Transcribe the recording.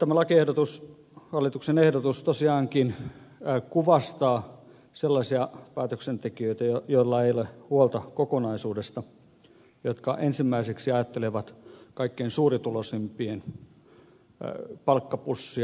tämä hallituksen lakiehdotus tosiaankin kuvastaa sellaisia päätöksentekijöitä joilla ei ole huolta kokonaisuudesta jotka ensimmäiseksi ajattelevat kaikkein suurituloisimpien palkkapussia ja rahapussia